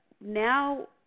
now